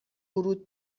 ورود